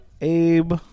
Abe